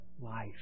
life